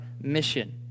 mission